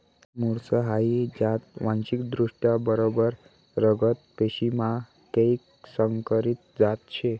मुर्स हाई जात वांशिकदृष्ट्या बरबर रगत पेशीमा कैक संकरीत जात शे